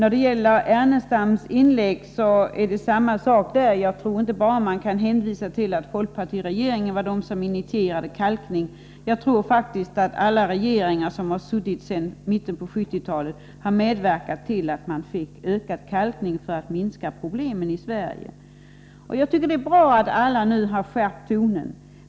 Jag tror inte, Lars Ernestam, att man kan säga att folkpartiregeringen var den regering som initierade kalkningen. Jag tror faktiskt att alla regeringar som har suttit sedan mitten av 1970-talet har medverkat till ökad kalkning för att minska problemen i Sverige. Det är bra att alla nu har skärpt tonen.